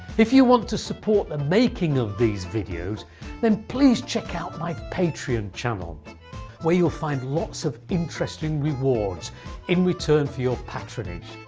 if you want to support the making of these videos then please check out my patreon channel where you'll find lots of interesting rewards in return for your patronage.